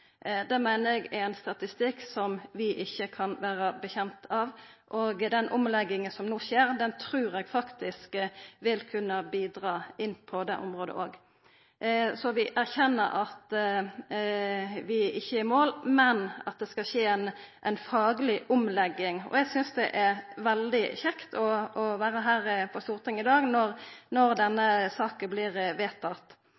Det meiner eg er ein statistikk som vi ikkje kan vera nøgde med, og den omlegginga som no skjer, trur eg faktisk vil kunna bidra òg på det området. Vi erkjenner at vi ikkje er i mål, men at det skal skje ei fagleg omlegging, og eg synest det er veldig kjekt å vera her på Stortinget i dag når